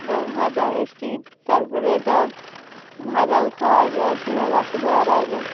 ওটা ভাজা মিষ্টি তারপরে এটা ভাজাও খাওয়া যায় রসে দেওয়ার আগে